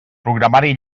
programari